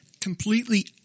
completely